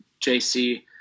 JC